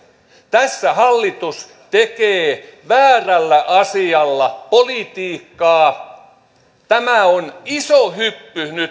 tässä hallitus tekee väärällä asialla politiikkaa tämä on nyt iso hyppy